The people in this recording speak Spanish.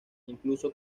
incluso